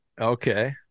Okay